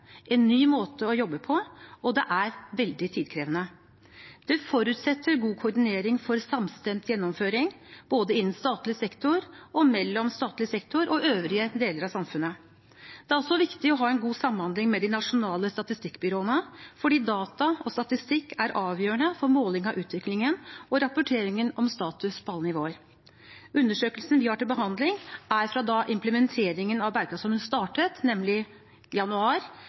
en ny måte å jobbe på, og det er veldig tidkrevende. Det forutsetter god koordinering for samstemt gjennomføring både innen statlig sektor og mellom statlig sektor og øvrige deler av samfunnet. Det er også viktig å ha en god samhandling med de nasjonale statistikkbyråene fordi data og statistikk er avgjørende for måling av utviklingen og rapporteringen om status på alle nivåer. Undersøkelsen vi har til behandling, er fra da implementeringen av bærekraftsmålene startet, nemlig januar